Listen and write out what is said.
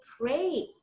pray